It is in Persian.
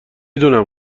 دونم